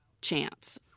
chance